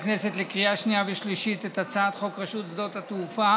שנייה ושלישית את הצעת חוק רשות שדות התעופה